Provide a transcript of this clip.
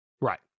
right